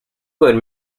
good